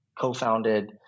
co-founded